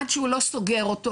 עד שהוא לא סוגר אותו,